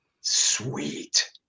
Sweet